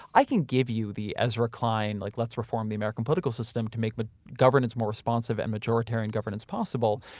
i can give you the ezra klein like let's reform the american political system to make but governance more responsive and majoritarian governance possible,